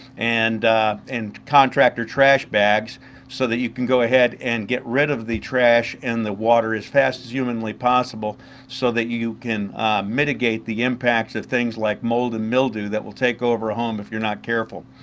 and and contractor trash bags so that you can go ahead and get rid of the trash and the water as fast as humanly possible so you can mitigate the impacts of things like mold and mildew that will take over a home if you're not careful.